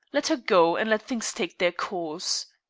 let her go, and let things take their course.